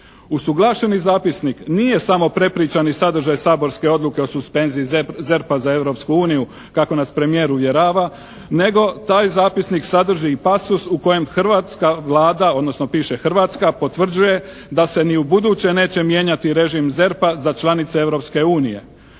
Usuglašeni zapisnik nije samo prepričani sadržaj saborske odluke o suspenziji ZERP-a za Europsku uniju kako nas premijer uvjerava nego taj zapisnik sadrži i pasus u kojem hrvatska Vlada odnosno piše Hrvatska potvrđuje da se ni ubuduće neće mijenjati režim ZERP-a za članice